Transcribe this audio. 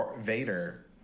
Vader